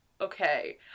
okay